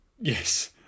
Yes